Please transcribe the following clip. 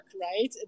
right